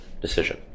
decision